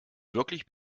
wirklich